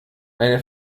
eine